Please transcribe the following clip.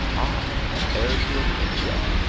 i am heir to a kingdom,